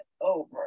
over